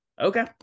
Okay